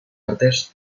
artes